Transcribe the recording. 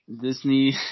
Disney